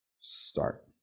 start